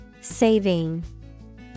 Saving